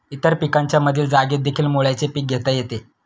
इतर पिकांच्या मधील जागेतदेखील मुळ्याचे पीक घेता येते